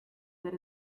that